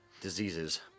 diseases